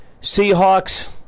Seahawks